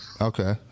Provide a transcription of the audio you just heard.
Okay